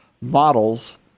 models